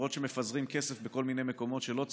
למרות שמפזרים כסף בכל מיני מקומות שלא צריך,